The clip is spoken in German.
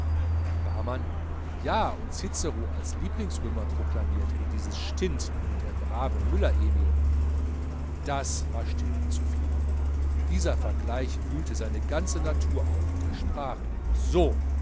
barmann ja und cicero als lieblingsrömer proklamiert wie dieses stint der brave müller emil das war stilpen zuviel dieser vergleich wühlte seine ganze natur auf und er sprach so